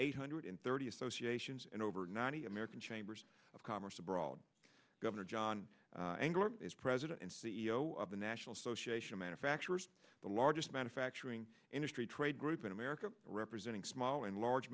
eight hundred thirty associations and over ninety american chambers of commerce abroad governor john engler is president and c e o of the national association of manufacturers the largest manufacturing industry trade group in america representing small and large